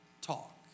talk